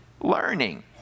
learning